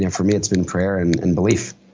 and for me it's been prayer and and belief.